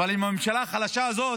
עם הממשלה החלשה הזו